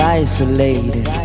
isolated